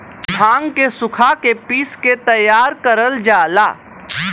भांग के सुखा के पिस के तैयार करल जाला